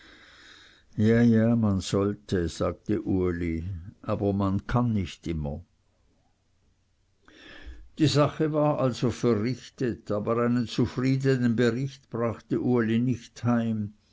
ja ja man sollte sagte uli aber man kann nicht immer die sache war also verrichtet aber einen zufriedenen bericht brachte uli nicht heim